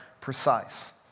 precise